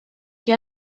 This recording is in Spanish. que